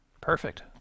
Perfect